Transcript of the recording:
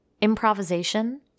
improvisation